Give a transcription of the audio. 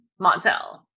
Montel